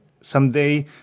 Someday